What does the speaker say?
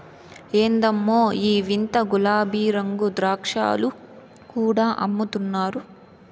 ఎందమ్మో ఈ వింత గులాబీరంగు ద్రాక్షలు కూడా అమ్ముతున్నారు